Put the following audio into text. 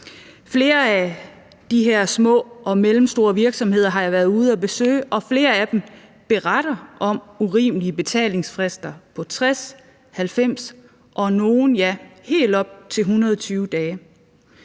Flere af de her små og mellemstore virksomheder har jeg været ude at besøge, og flere af dem beretter om urimelige betalingsfrister på 60 og 90 og ja, nogle helt op til 120 dage.